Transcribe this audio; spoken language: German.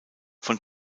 von